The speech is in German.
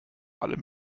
allem